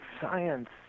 science